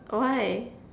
why